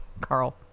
Carl